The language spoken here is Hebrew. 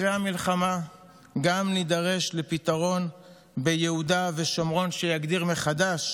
אחרי המלחמה גם נידרש לפתרון ביהודה ושומרון שיגדיר מחדש